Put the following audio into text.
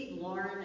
Lauren